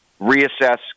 reassess